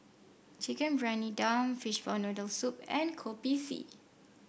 Chicken Briyani Dum Fishball Noodle Soup and Kopi C